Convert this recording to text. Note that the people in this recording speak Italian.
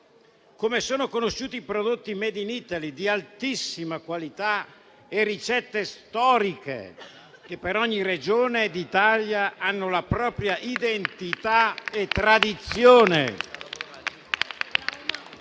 come sono conosciuti i prodotti *made in Italy* di altissima qualità e le ricette storiche che per ogni Regione d'Italia hanno la propria identità e tradizione.